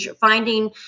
finding